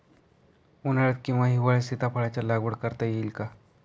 उन्हाळ्यात किंवा हिवाळ्यात सीताफळाच्या लागवड करता येईल का?